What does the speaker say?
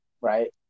right